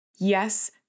Yes